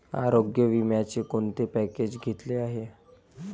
आरोग्य विम्याचे कोणते पॅकेज घेतले आहे?